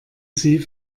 sie